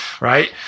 right